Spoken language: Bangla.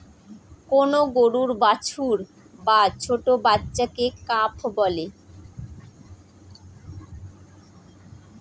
কোন গরুর বাছুর বা ছোট্ট বাচ্চাকে কাফ বলে